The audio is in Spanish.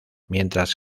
mientras